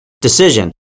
decision